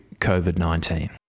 COVID-19